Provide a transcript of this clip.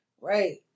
Right